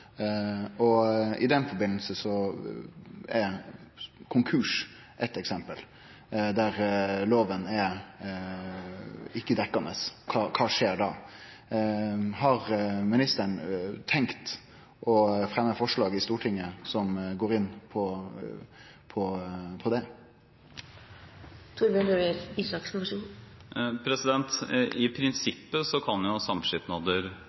I den samanhengen er konkurs eit eksempel der loven ikkje er dekkjande. Kva skjer da? Har ministeren tenkt å fremje forslag i Stortinget som går inn på det? I prinsippet kan samskipnader gå konkurs, men det er klart at i